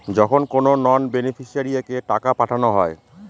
যখন কোনো নন বেনিফিশিয়ারিকে টাকা পাঠানো হয়